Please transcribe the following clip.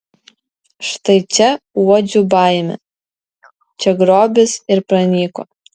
štai čia uodžiu baimę čia grobis ir pranyko